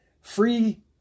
free